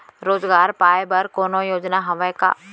रोजगार पाए बर कोनो योजना हवय का?